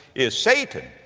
is satan.